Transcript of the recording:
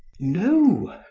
no.